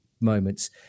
moments